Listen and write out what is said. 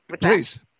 Please